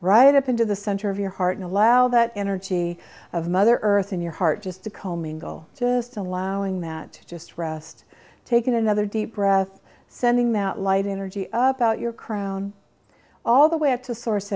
right up into the center of your heart and allow that energy of mother earth in your heart just to co mingle just allowing that to just rest taking another deep breath sending that light energy up out your crown all the way up to source